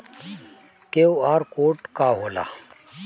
QR code का होला?